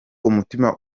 umutima